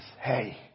hey